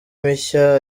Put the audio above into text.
mishya